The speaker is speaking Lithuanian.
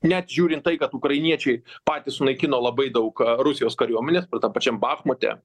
net žiūrint tai kad ukrainiečiai patys sunaikino labai daug rusijos kariuomenės tam pačiam bachmute